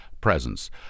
Presence